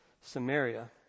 Samaria